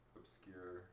obscure